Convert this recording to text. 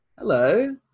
hello